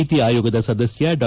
ನೀತಿ ಆಯೋಗದ ಸದಸ್ಯ ಡಾ